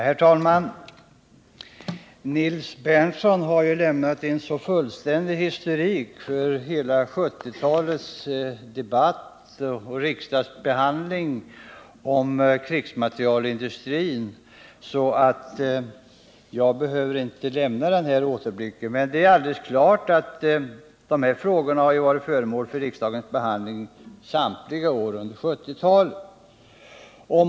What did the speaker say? Herr talman! Nils Berndtson har lämnat en så fullständig historik över hela 1970-talets debatt och riksdagsbehandling om krigsmaterielindustrin att jag inte behöver ge denna återblick. Det är alldeles klart att dessa frågor har varit föremål för riksdagens behandling samtliga år under 1970-talet.